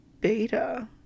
beta